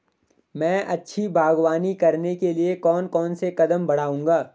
मैं अच्छी बागवानी करने के लिए कौन कौन से कदम बढ़ाऊंगा?